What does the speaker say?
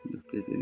ढुक्कैसँग